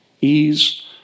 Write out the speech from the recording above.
ease